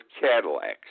Cadillacs